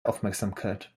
aufmerksamkeit